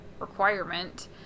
requirement